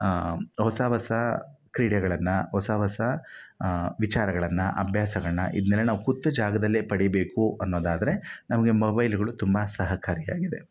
ಹೊಸ ಹೊಸ ಕ್ರೀಡೆಗಳನ್ನು ಹೊಸ ಹೊಸ ವಿಚಾರಗಳನ್ನು ಅಭ್ಯಾಸಗಳನ್ನ ಇದನ್ನೆಲ್ಲ ನಾವು ಕೂತ ಜಾಗದಲ್ಲೇ ಪಡೀಬೇಕು ಅನ್ನೋದಾದರೆ ನಮಗೆ ಮೊಬೈಲ್ಗಳು ತುಂಬ ಸಹಕಾರಿ ಆಗಿದೆ